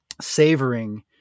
savoring